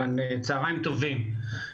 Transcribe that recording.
צוהריים טובים.